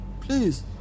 Please